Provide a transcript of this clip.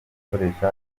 akoresha